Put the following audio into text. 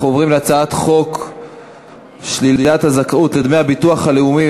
אנחנו עוברים להצעת חוק שלילת הזכאות לדמי הביטוח הלאומי